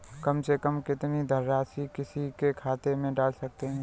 कम से कम कितनी धनराशि किसी के खाते में डाल सकते हैं?